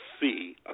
see